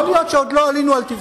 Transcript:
יכול להיות שעוד לא עלינו על טיבכם.